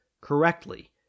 correctly